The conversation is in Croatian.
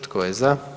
Tko je za?